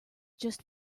just